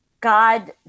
God